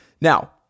Now